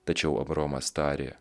tačiau abraomas tarė